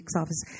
office